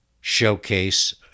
showcase